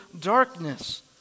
darkness